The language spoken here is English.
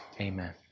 Amen